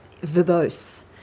Verbose